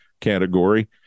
category